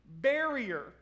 barrier